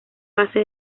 base